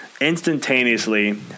Instantaneously